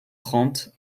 trente